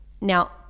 Now